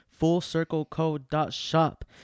Fullcirclecode.shop